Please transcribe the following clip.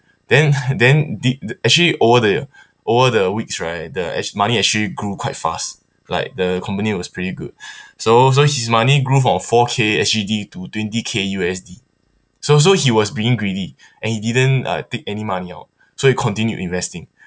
then then thi~ th~ actually over the w~ over the weeks right the act~ money actually grew quite fast like the company was pretty good so so his money grew from four K actually t~ to twenty K U_S_D so so he was being greedy and he didn't uh take any money out so he continue investing